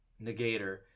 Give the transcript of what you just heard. negator